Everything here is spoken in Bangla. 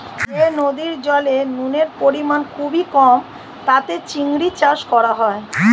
যে নদীর জলে নুনের পরিমাণ খুবই কম তাতে চিংড়ির চাষ করা হয়